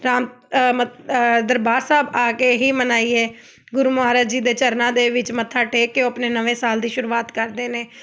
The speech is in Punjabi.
ਰਾਮ ਮ ਦਰਬਾਰ ਸਾਹਿਬ ਆ ਕੇ ਹੀ ਮਨਾਈਏ ਗੁਰੂ ਮਹਾਰਾਜ ਜੀ ਦੇ ਚਰਨਾਂ ਦੇ ਵਿੱਚ ਮੱਥਾ ਟੇਕ ਕੇ ਉਹ ਆਪਣੇ ਨਵੇਂ ਸਾਲ ਦੀ ਸ਼ੁਰੂਆਤ ਕਰਦੇ ਨੇ